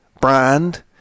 Brand